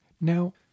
Now